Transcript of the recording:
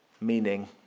Meaning